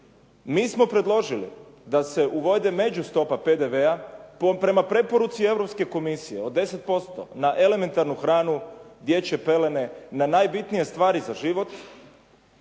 Mi smo predložili da se uvede međustopa PDV-a prema preporuci Europske komisije od 10% na elementarnu hranu, dječje pelene, na najbitnije stvari za život.